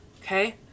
Okay